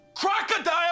Crocodile